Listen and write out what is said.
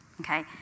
Okay